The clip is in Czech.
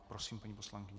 Prosím, paní poslankyně.